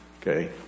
Okay